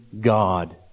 God